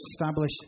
establish